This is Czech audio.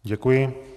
Děkuji.